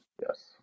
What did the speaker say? Yes